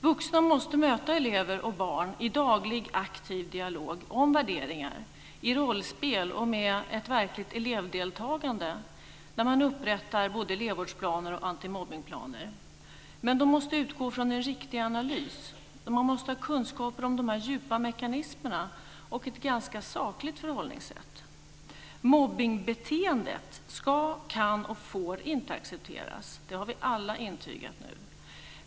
Vuxna måste möta elever och barn i daglig aktiv dialog om värderingar, i rollspel och med ett verkligt elevdeltagande där man upprättar både elevvårdsplaner och antimobbningsplaner. Men de måste utgå från en riktig analys. Man måste ha kunskap om de djupa mekanismerna och ett ganska sakligt förhållningssätt. Mobbningsbeteendet ska, kan och får inte accepteras. Det har vi alla intygat nu.